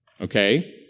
Okay